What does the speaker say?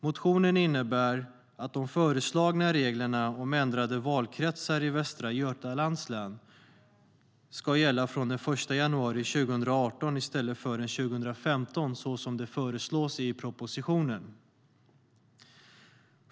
Motionen innebär att de föreslagna reglerna om ändrade valkretsar i Västra Götalands län ska gälla från den 1 januari 2018 i stället för den 1 januari 2015, som det föreslås i propositionen.